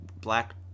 black